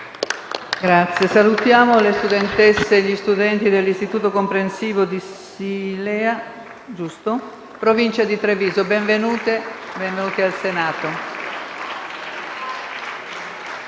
Salutiamo le studentesse e gli studenti dell'Istituto comprensivo di Silea, in provincia di Treviso. Benvenute e